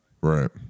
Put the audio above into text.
right